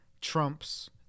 trumps